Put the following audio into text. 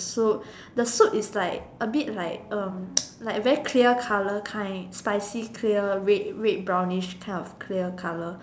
the soup the soup is like a bit like um like very clear colour kind spicy clear red red brownish kind of clear colour